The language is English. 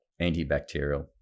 antibacterial